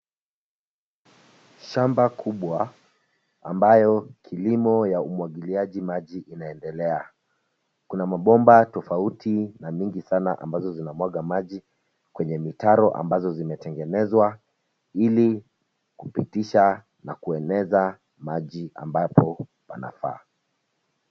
Shamba kubwa ambayo kilimo ya umwagiliaji maji inaendelea. Kuna mabomba tofauti na mingi sana ambazo zinamwaga maji kwenye mitaro ambazo zimetengenezwa ili kupitisha na kueneza maji ambapo panafaa.